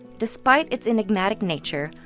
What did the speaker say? despite its enigmatic nature,